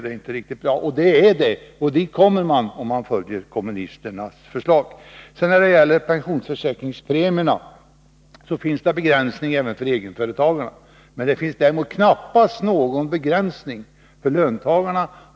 Dit kommer man om man följer kommunisternas förslag. När det gäller pensionsförsäkringspremierna så finns det begränsningar även för egenföretagarna. Det finns däremot knappast någon begränsning för löntagarna.